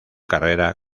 carrera